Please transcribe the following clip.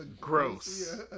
Gross